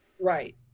Right